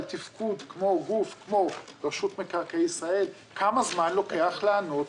על תפקוד כמו גוף רשות מקרקעי ישראל - כמה זמן לוקח לענות